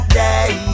day